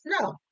No